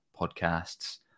podcasts